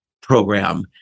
program